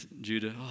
Judah